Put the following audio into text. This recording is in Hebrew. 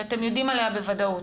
שאתם יודעים עליה בוודאות,